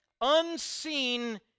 unseen